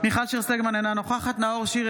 מיכל שיר סגמן, אינה